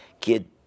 kid